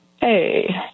Hey